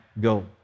go